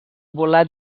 volat